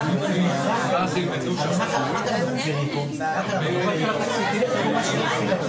קח תהיה בנעלי התובע בלי הקלת נטלים.